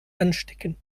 anstecken